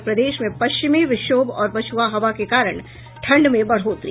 और प्रदेश में पश्चिमी विक्षोभ और पछुआ हवा के कारण ठंड में बढ़ोत्तरी